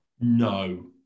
No